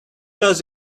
does